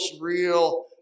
real